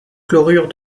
chlorure